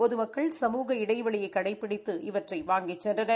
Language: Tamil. பொதுமக்கள் சமூக இடைவெளியை கடைபிடித்து இவற்றை வாங்கி சென்றனர்